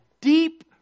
deep